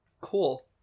Cool